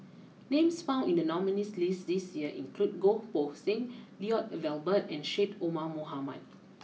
names found in the nominees list this year include Goh Poh Seng Lloyd Valberg and Syed Omar Mohamed